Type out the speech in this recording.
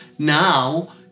now